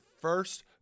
first